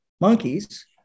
monkeys